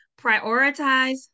Prioritize